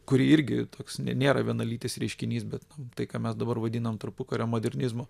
kuri irgi toks nėra vienalytis reiškinys bet nu tai ką mes dabar vadinam tarpukario modernizmu